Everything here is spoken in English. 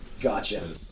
gotcha